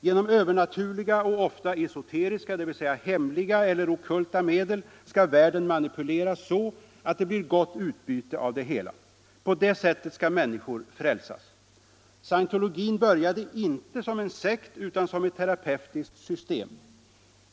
Genom övernaturliga och ofta esoteriska, dvs. hemliga, eller ockulta medel skall världen manipuleras så att det blir gott utbyte av det hela. På det sättet skall människor frälsas. Scientologin började inte som en sekt utan som ett terapeutiskt system.